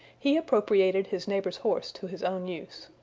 he appropriated his neighbor's horse to his own use.